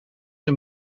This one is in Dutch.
een